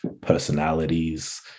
personalities